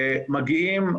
מגיעים,